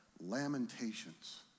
Lamentations